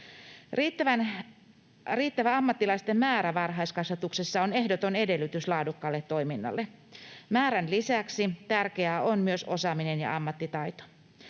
Riittävä ammattilaisten määrä varhaiskasvatuksessa on ehdoton edellytys laadukkaalle toiminnalle. Määrän lisäksi tärkeää on myös osaaminen ja ammattitaito.